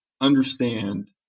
understand